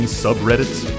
subreddits